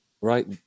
right